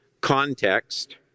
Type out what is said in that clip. context